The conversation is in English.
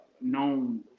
known